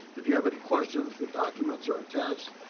if you have any questions, the documents are attached.